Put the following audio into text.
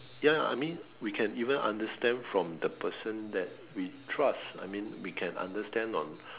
ya I mean we can even understand from the person that we trust I mean we can understand on